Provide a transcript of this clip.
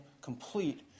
complete